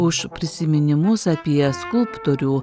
už prisiminimus apie skulptorių